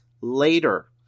later